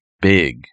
big